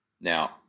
Now